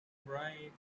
bright